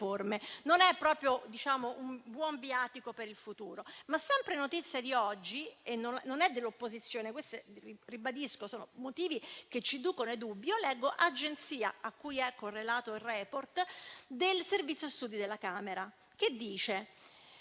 Non è proprio un buon viatico per il futuro. Sempre notizia di oggi - non è dell'opposizione, lo ribadisco, ma sono le notizie che ci inducono i dubbi - è una agenzia a cui è correlato il *report* del Servizio studi della Camera che dice